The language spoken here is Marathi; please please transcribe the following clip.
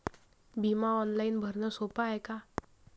बिमा ऑनलाईन भरनं सोप हाय का?